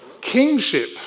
kingship